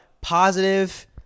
positive